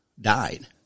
died